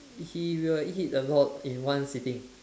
he will eat a lot in one sitting